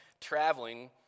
traveling